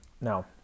now